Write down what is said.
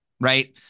right